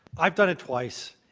i've done it twice.